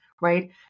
right